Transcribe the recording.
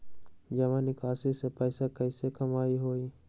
जमा निकासी से पैसा कईसे कमाई होई?